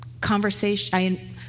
conversation